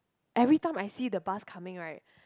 every time I see the bus coming right